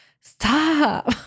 stop